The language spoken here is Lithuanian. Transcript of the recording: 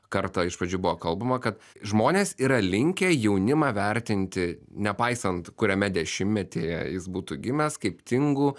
kartą iš pradžių buvo kalbama kad žmonės yra linkę jaunimą vertinti nepaisant kuriame dešimtmetyje jis būtų gimęs kaip tingų